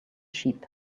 sheep